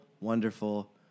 Wonderful